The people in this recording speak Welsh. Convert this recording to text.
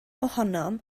ohonom